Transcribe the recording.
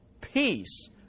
Peace